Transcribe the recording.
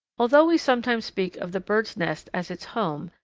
although we sometimes speak of the bird's nest as its home,